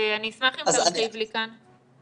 אני אשמח אם תרחיב לי כאן.